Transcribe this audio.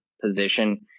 position